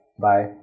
Bye